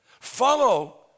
follow